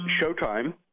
showtime